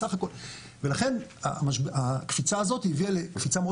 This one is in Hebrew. לכן הקפיצה הזאת הביאה לקפיצה מאוד